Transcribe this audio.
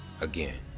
again